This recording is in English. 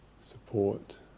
support